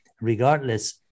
regardless